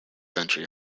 century